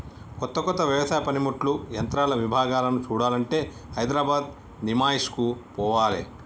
కొత్త కొత్త వ్యవసాయ పనిముట్లు యంత్రాల విభాగాలను చూడాలంటే హైదరాబాద్ నిమాయిష్ కు పోవాలే